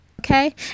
Okay